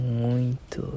muito